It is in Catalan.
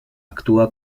actua